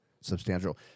substantial